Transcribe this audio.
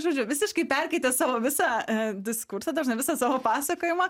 žodžiu visiškai perkeitė savo visą diskursą ta prasme visą savo pasakojimą